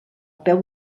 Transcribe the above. peu